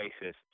basis